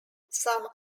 some